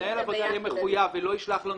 מנהל העבודה יהיה מחויב ולא ישלח לנו